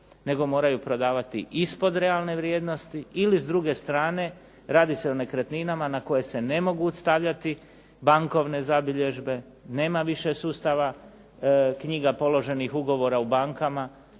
nego moraju prodavati ispod realne vrijednosti ili s druge strane. Radi se o nekretninama na koje se ne mogu stavljati bankovne zabilježbe, nema više sustava knjiga položenih ugovora u bankama,